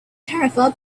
tarifa